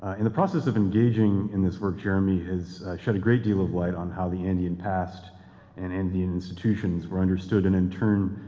in the process of engaging in this where jeremy has shed a great deal of light on how the andean past and andean institutions were understood, and in turn,